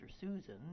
Susan